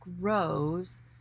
grows